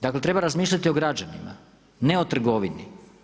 Dakle treba razmišljati o građanima, ne o trgovini.